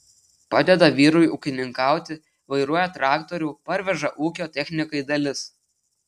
padeda vyrui ūkininkauti vairuoja traktorių parveža ūkio technikai dalis